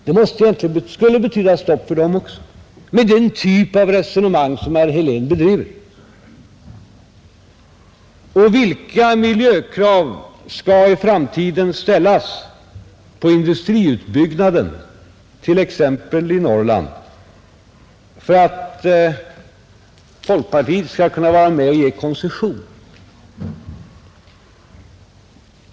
Det skulle betyda stopp för dem också med den typ av resonemang som herr Helén bedriver. Och vilka miljökrav skall i framtiden ställas på industriutbyggnaden, t.ex. i Norrland, för att folkpartiet skall kunna vara med och ge koncession?